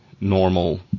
normal